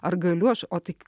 ar galiu aš o tik